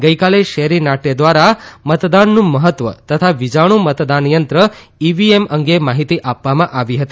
ગઈકાલે શેરી નાટ્ય દ્વારા મતદાનનું મહત્વ તથા વિજાણુ મતદાન યંત્ર ઈવીએમ અંગે માહિતી આપવામાં આવી હતી